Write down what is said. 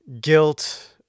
guilt